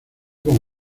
con